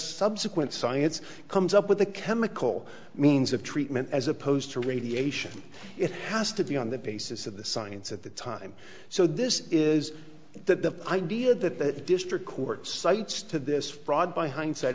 subsequent science comes up with the chemical means of treatment as opposed to radiation it has to be on the basis of the science at the time so this is the idea that the district court cites to this fraud by hindsight